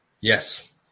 Yes